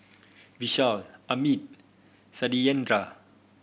Vishal Amit Satyendra